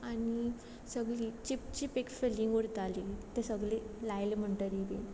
आनी सगली चिपचीप एक फिलींग उरताली तें सगलें लायलें म्हणटरीर बीन